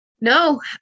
No